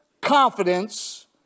confidence